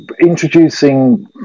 introducing